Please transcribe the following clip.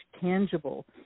tangible